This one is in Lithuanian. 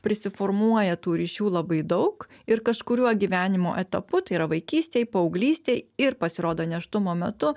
prisiformuoja tų ryšių labai daug ir kažkuriuo gyvenimo etapu tai yra vaikystėj paauglystėj ir pasirodo nėštumo metu